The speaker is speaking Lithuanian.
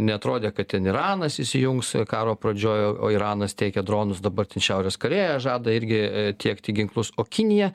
neatrodė kad ten iranas įsijungs karo pradžioj o iranas teikia dronus dabar šiaurės korėja žada irgi tiekti ginklus o kinija